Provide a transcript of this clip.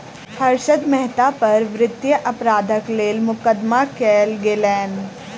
हर्षद मेहता पर वित्तीय अपराधक लेल मुकदमा कयल गेलैन